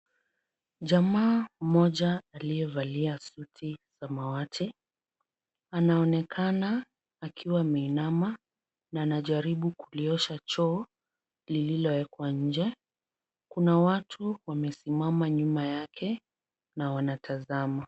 Jamaa mmoja aliyevalia suti samawati, anaonekana akiwa ameinama na anajaribu kuliosha choo lililowekwa nje. Kuna watu wamesimama nyuma yake na wanatazama.